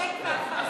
ואת ג'ק והאפרסק.